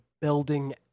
building